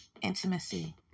Intimacy